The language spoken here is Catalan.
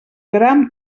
gram